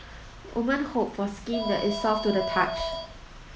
women hope for skin that is soft to the touch